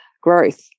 growth